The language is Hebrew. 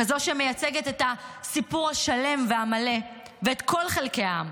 כזאת שמייצגת את הסיפור השלם והמלא ואת כל חלקי העם.